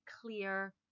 clear